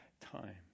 time